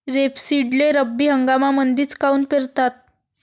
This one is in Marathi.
रेपसीडले रब्बी हंगामामंदीच काऊन पेरतात?